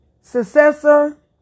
Successor